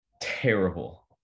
terrible